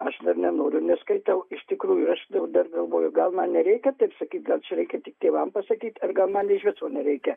aš nenoriu neskaitau iš tikrųjų ir aš dar galvoju gal man nereikia taip sakyt gal čia reikia tik tėvam pasakyt ar gal man iš viso nereikia